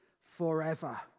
forever